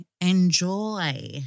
Enjoy